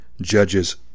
judges